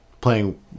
playing